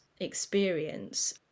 experience